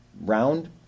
round